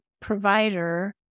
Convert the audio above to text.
provider